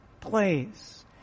place